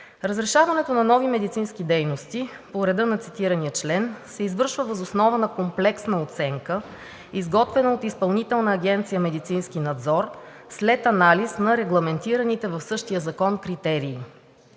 Разрешаването на нови медицински дейности по реда на цитирания член се извършва въз основа на комплексна оценка, изготвена от Изпълнителна агенция „Медицински надзор“ след анализ на регламентираните в същия закон критерии.